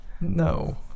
No